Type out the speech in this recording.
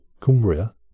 Cumbria